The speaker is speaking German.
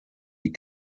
die